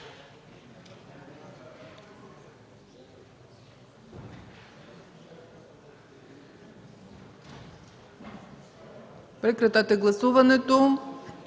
Прекратете гласуването,